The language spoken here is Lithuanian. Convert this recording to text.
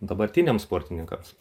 dabartiniams sportininkams